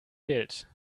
fehlt